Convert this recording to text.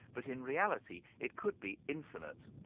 but in reality it could be infinite,